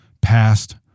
past